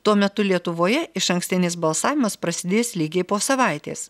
tuo metu lietuvoje išankstinis balsavimas prasidės lygiai po savaitės